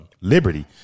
Liberty